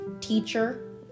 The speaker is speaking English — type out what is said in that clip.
teacher